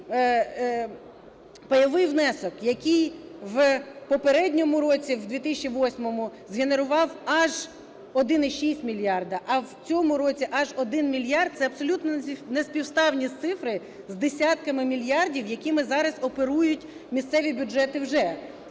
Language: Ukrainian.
пайовий внесок, який в попередньому році, в 2018, згенерував аж 1,6 мільярда, а в цьому році аж 1 мільярд, це абсолютно неспівставні цифри з десятками мільярдів, якими зараз оперують місцеві бюджети вже.